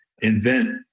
invent